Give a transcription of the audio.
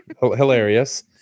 hilarious